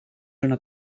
una